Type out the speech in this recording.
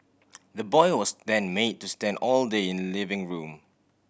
the boy was then made to stand all day in living room